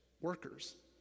workers